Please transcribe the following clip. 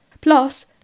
plus